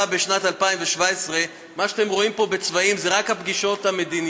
בשנת 2017. מה שאתם רואים פה בצבעים זה רק הפגישות המדיניות.